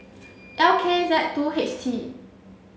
L K Z two H T